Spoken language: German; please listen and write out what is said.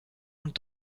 und